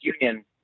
Union